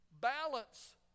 balance